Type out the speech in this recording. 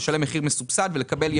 לשלם מחיר מסובסד ולקבל ייעוץ,